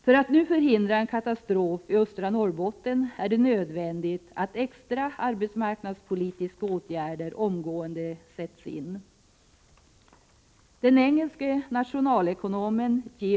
För att en katastrof i östra Norrbotten nu skall kunna förhindras är det nödvändigt att extra arbetsmarknadspolitiska åtgärder omgående sätts in. Den engelske nationalekonomen J.